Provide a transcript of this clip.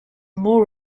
more